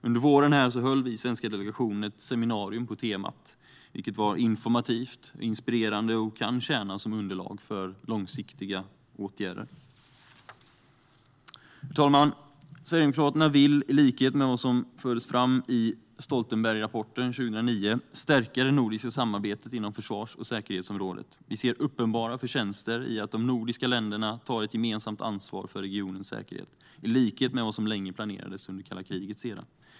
Under våren höll vi i den svenska delegationen ett seminarium på temat. Det var informativt och inspirerande och kan tjäna som underlag för långsiktiga åtgärder. Herr talman! Sverigedemokraterna vill, i likhet med vad som fördes fram i Stoltenbergrapporten 2009, stärka det nordiska samarbetet inom försvars och säkerhetsområdet. Vi ser uppenbara förtjänster i att de nordiska länderna tar ett gemensamt ansvar för regionens säkerhet i likhet med vad som länge planerades under kalla krigets era.